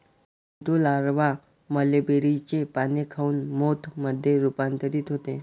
Pintu larva मलबेरीचे पाने खाऊन मोथ मध्ये रूपांतरित होते